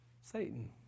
Satan